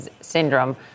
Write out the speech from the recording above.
syndrome